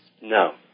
No